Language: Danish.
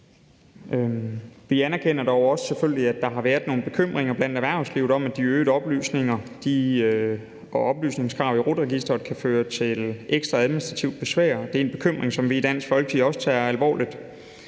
Vi anerkender dog selvfølgelig også, at der har været nogle bekymringer i erhvervslivet om, at de øgede oplysninger og oplysningskrav i RUT-registeret kan føre til ekstra administrativt besvær. Det er en bekymring, som vi i Dansk Folkeparti også tager alvorligt.